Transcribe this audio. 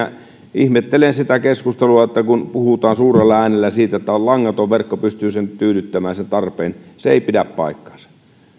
ihmettelen sitä keskustelua kun puhutaan suurella äänellä siitä että langaton verkko pystyy tyydyttämään sen tarpeen se ei pidä paikkaansa